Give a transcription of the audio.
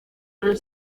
han